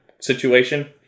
situation